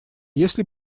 если